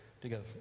Together